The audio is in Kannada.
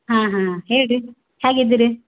ಹಾಂ ಹಾಂ ಹೇಳಿರಿ ಹ್ಯಾಗೆ ಇದ್ದೀರಿ